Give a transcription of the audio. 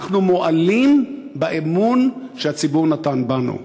אנחנו מועלים באמון שהציבור נתן בנו.